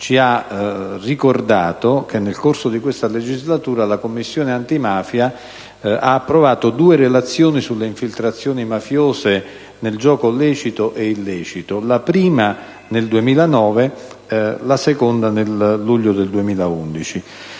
ci ha ricordato che, nel corso di questa legislatura, la Commissione antimafia ha approvato due relazioni sulle infiltrazioni mafiose nel gioco lecito e illecito: la prima nel 2009 e la seconda nel luglio del 2011.